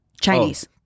Chinese